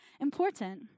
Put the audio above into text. important